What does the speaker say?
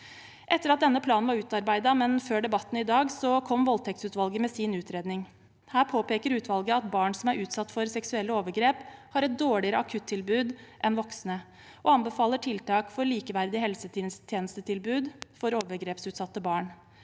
Etter at denne planen var utarbeidet, men før debatten i dag, kom voldtektsutvalget med sin utredning. Her påpeker utvalget at barn som er utsatt for seksuelle overgrep, har et dårligere akuttilbud enn voksne, og utvalget anbefaler tiltak for likeverdige helsetjenestetilbud for overgrepsutsatte barn.